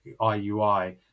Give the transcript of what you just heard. IUI